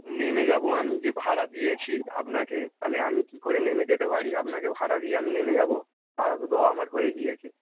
নেমে যাব আমি যে ভাড়া দিয়েছি আপনাকে তাহলে আমি কী করে নেমে যেতে পারি আপনাকে ভাড়া দিয়ে আমি নেমে যাব ভাড়া তো দেওয়া আমার হয়ে গিয়েছে